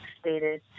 stated